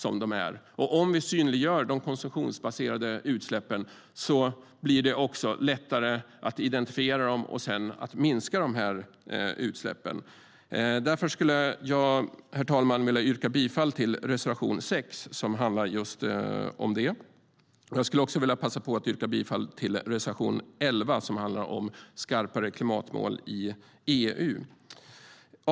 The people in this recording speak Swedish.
Om vi synliggör de konsumtionsbaserade utsläppen blir det också lättare att identifiera dem och sedan minska dem. Därför, herr talman, yrkar jag bifall till reservation 6, som handlar om just detta. Jag passar också på att yrka bifall till reservation 11, som handlar om skarpare klimatmål i EU.